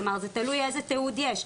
כלומר, זה תלוי איזה תיעוד יש.